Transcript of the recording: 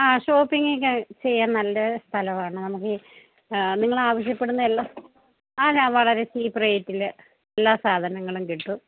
ആ ഷോപ്പിങ്ങൊക്കെ ചെയ്യാൻ നല്ല സ്ഥലമാണ് നമുക്ക് നിങ്ങള് ആവശ്യപ്പെടുന്നതെല്ലാം ആ വളരെ ചീപ്പ് റേറ്റില് എല്ലാ സാധനങ്ങളും കിട്ടും